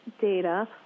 data